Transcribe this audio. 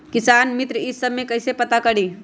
किसान मित्र ई सब मे कईसे पता करी?